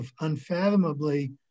unfathomably